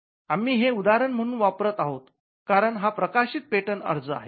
आम्ही हे उदाहरण म्हणून वापरत आहोत कारण हा प्रकाशित पेटंट अर्ज आहे